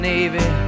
Navy